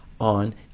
on